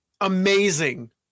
amazing